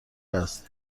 است